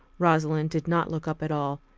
rosalind did not look up at all.